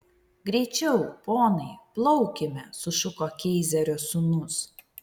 greičiau ponai plaukime sušuko keizerio sūnus